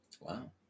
Wow